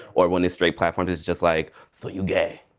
or when it's straight platforms, it's just like so you gay.